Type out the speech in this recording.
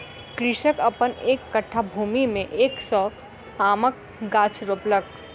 कृषक अपन एक कट्ठा भूमि में एक सौ आमक गाछ रोपलक